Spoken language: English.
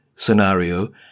scenario